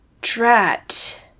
drat